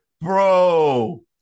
Bro